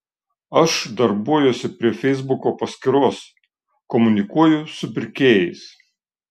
aš darbuojuosi prie feisbuko paskyros komunikuoju su pirkėjais